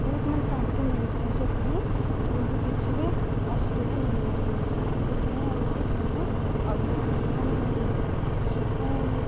ବହୁତ ମାନେ ଶାନ୍ତି ମିଳିଥାଏ ସେଥିପାଇଁ ଆମକୁ କିଛି ବି ଅସୁବିଧା ମିଳିନଥିଲା ସେଥିପାଇଁ ଆମକୁ ବହୁତ ମାନେ ସେଥିପାଇଁ